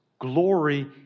glory